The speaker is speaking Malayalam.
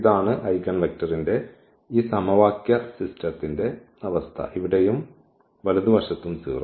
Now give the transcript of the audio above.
ഇതാണ് ഐഗൻവെക്റ്ററിന്റെ ഈ സമവാക്യ വ്യവസ്ഥയുടെ അവസ്ഥ ഇവിടെയും വലതുവശത്തും 0